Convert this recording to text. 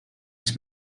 its